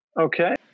Okay